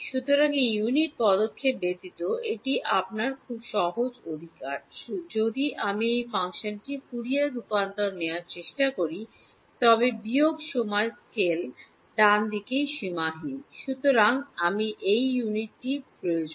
সুতরাং এই ইউনিট পদক্ষেপ ব্যতীত এটি আপনার খুব সহজ অধিকার যদি আমি এই ফাংশনটির ফুরিয়ার রূপান্তর নেওয়ার চেষ্টা করি তবে বিয়োগ সময় স্কেলscale ডানদিকেই সীমাহীন সুতরাং আমি এই ইউনিট টি প্রয়োজন